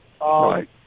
Right